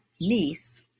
niece